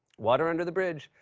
water under the bridge.